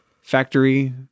factory